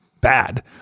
bad